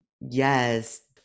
Yes